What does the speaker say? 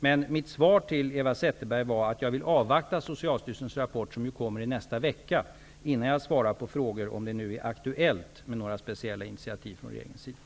Men mitt svar till Eva Zetterberg var att jag vill avvakta Socialstyrelsens rapport, som kommer nästa vecka, innan jag svarar på frågan om det nu är aktuellt med speciella initiativ från regeringens sida.